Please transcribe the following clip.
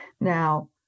now